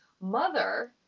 mother